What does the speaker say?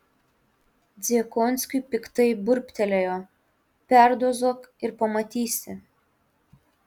dziekonskiui piktai burbtelėjo perdozuok ir pamatysi